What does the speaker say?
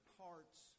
parts